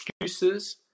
excuses